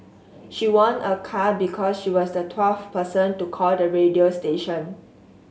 she won a car because she was the twelfth person to call the radio station